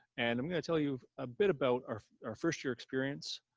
and i'm going to tell you a bit about our our first year experience.